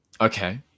Okay